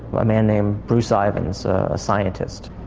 a man named bruce ah ivins a scientist.